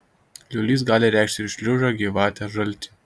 liūlys gali reikšti ir šliužą gyvatę žaltį